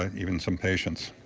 um even some patients.